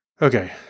Okay